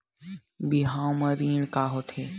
बिहाव म ऋण का होथे?